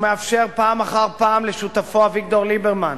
הוא מאפשר פעם אחר פעם לשותפו אביגדור ליברמן,